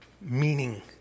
meaning